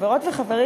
חברות וחברים,